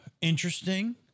interesting